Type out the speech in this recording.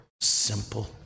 simple